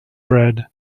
bread